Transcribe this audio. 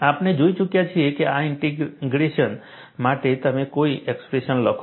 આપણે જોઈ ચૂક્યા છીએ કે આ ઇંટીગ્રેશન માટે તમે કઈ એક્સપ્રેશન લખો છો